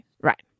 Right